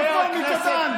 רפורמי קטן.